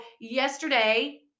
yesterday